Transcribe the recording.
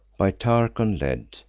by tarchon led.